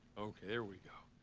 okay. there we go.